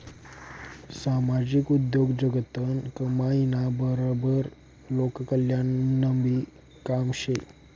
सामाजिक उद्योगजगतनं कमाईना बराबर लोककल्याणनंबी काम शे